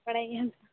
ᱵᱟᱲᱟᱭ ᱜᱮᱭᱟᱢ ᱛᱚ